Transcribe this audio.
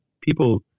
people